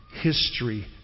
history